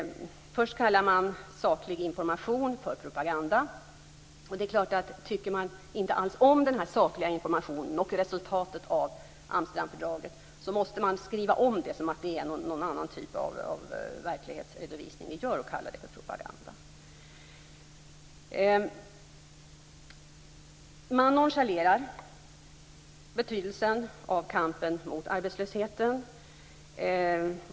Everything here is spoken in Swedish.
Först kallar man saklig information för propaganda. Det är klart; tycker man alls inte om den sakliga informationen och resultatet av Amsterdamfördraget så måste man skriva om det som att det är någon annan typ av verklighetsredovisning vi gör och kalla det för propaganda. Man nonchalerar betydelsen av kampen mot arbetslösheten.